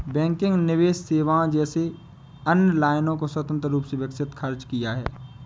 banking निवेश सेवाओं जैसी अन्य लाइनों को स्वतंत्र रूप से विकसित खर्च किया है